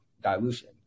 dilution